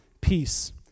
peace